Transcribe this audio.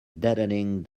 deadening